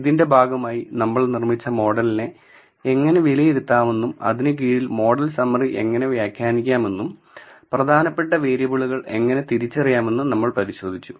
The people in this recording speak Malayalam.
ഇതിന്റെ ഭാഗമായി നമ്മൾ നിർമ്മിച്ച മോഡലിനെ എങ്ങനെ വിലയിരുത്താമെന്നും അതിന് കീഴിൽ മോഡൽ സമ്മറി എങ്ങനെ വ്യാഖ്യാനിക്കാമെന്നും പ്രധാനപ്പെട്ട വേരിയബിളുകൾ എങ്ങനെ തിരിച്ചറിയാമെന്നും നമ്മൾ പരിശോധിച്ചു